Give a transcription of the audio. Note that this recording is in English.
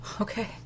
Okay